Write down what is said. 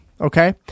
okay